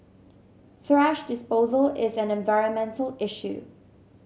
thrash disposal is an environmental issue